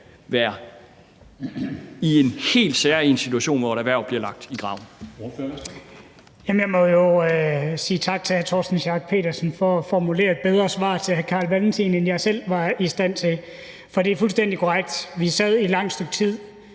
Ordføreren. Værsgo. Kl. 13:54 Andreas Steenberg (RV): Jamen jeg må jo sige tak til hr. Torsten Schack Pedersen for at formulere et bedre svar til hr. Carl Valentin, end jeg selv var i stand til. For det er fuldstændig korrekt, at vi sad i et langt stykke tid